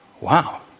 Wow